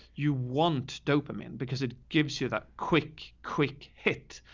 you want dopamine because it gives you that quick, quick hit.